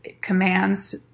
commands